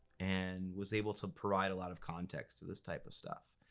and was able to provide a lot of context to this type of stuff.